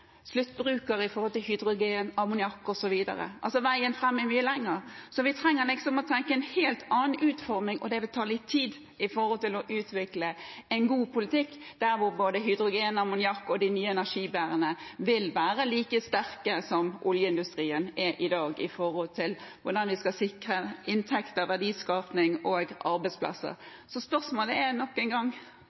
Altså: Veien fram er mye lenger, så vi trenger å tenke en helt annen utforming. Og det vil ta litt tid å utvikle en god politikk hvor både hydrogen, ammoniakk og de nye energibærerne vil være like sterke som oljeindustrien er i dag, når det gjelder hvordan vi skal sikre inntekter, verdiskaping og arbeidsplasser. Så spørsmålet er nok en gang: